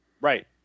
Right